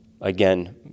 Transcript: again